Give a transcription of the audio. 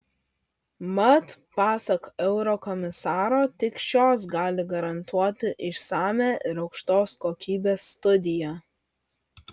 mat pasak eurokomisaro tik šios gali garantuoti išsamią ir aukštos kokybės studiją